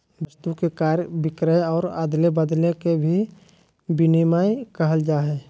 वस्तु के क्रय विक्रय और अदले बदले के भी विनिमय कहल जाय हइ